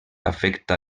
afecta